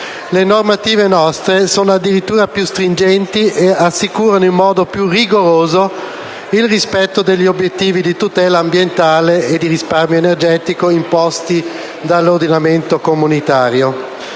Le nostre normative sono addirittura più stringenti e assicurano in modo più rigoroso il rispetto degli obiettivi di tutela ambientale e di risparmio energetico imposti dall'ordinamento comunitario.